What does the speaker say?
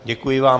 Děkuji vám.